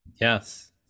Yes